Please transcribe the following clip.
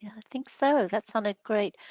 yeah think so. that sounded great.